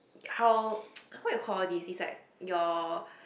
how what you call all these it's like your